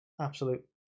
absolute